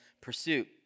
pursuit